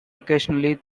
occasionally